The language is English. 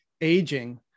aging